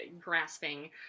grasping